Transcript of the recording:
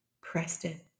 Preston